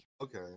Okay